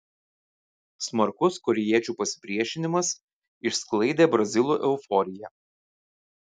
smarkus korėjiečių pasipriešinimas išsklaidė brazilų euforiją